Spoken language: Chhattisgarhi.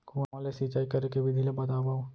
कुआं ले सिंचाई करे के विधि ला बतावव?